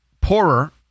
poorer